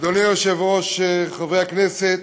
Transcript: אדוני היושב-ראש, חברי הכנסת,